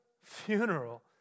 funeral